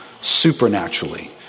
supernaturally